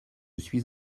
suis